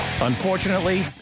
Unfortunately